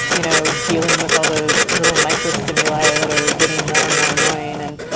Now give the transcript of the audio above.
you know, dealing with all those little micro stimuli that are getting more and more annoying? and,